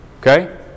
Okay